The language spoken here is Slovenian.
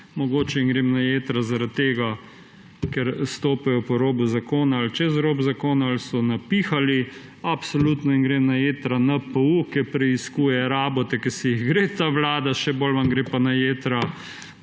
Mogoče jim gre na jetra zaradi tega, ker stopajo po robu zakona ali čez rob zakona ali so napihali. Absolutno jim gre na jetra NPU, ker preiskuje rabote, ki se jih gre ta vlada. Še bolj vam gredo pa na jetra